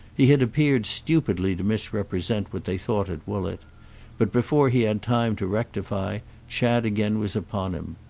he had appeared stupidly to misrepresent what they thought at woollett but before he had time to rectify chad again was upon him.